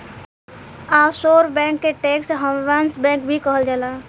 offshore bank के tax havens bank भी कहल जाला